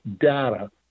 data